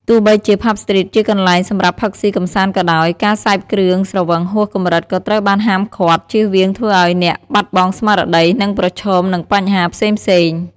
ទោះបីជា ផាប់ ស្ទ្រីត ជាកន្លែងសម្រាប់ផឹកស៊ីកម្សាន្តក៏ដោយ ការសេពគ្រឿងស្រវឹងហួសកម្រិតក៏ត្រូវបានហាមឃាត់ ចៀសវាងធ្វើឲ្យអ្នកបាត់បង់ស្មារតី និងប្រឈមនឹងបញ្ហាផ្សេងៗ។